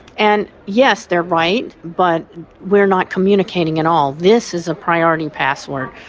and yes, they're right, but we are not communicating at all this is a priority password.